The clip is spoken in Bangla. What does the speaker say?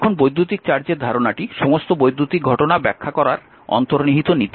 এখন বৈদ্যুতিক চার্জের ধারণাটি সমস্ত বৈদ্যুতিক ঘটনা ব্যাখ্যা করার অন্তর্নিহিত নীতি